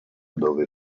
dove